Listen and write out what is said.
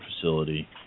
Facility